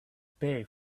pay